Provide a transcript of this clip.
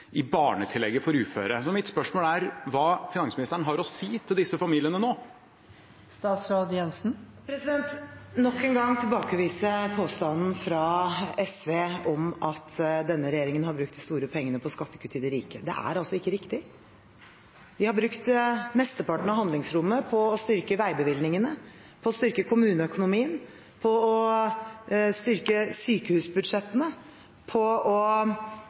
i barnetillegget til uføre. Mitt spørsmål er: Hva har finansministeren å si til disse familiene nå? Nok en gang tilbakeviser jeg påstanden fra SV om at denne regjeringen har brukt de store pengene på skattekutt til de rike. Det er ikke riktig. Vi har brukt mesteparten av handlingsrommet på å styrke veibevilgningene, kommuneøkonomien og sykehusbudsjettene og på å bygge landet, rett og slett. Så har vi også funnet rom for å